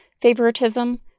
favoritism